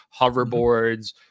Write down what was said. hoverboards